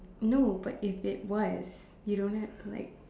no but is if it was you don't have like